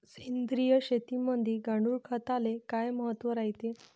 सेंद्रिय शेतीमंदी गांडूळखताले काय महत्त्व रायते?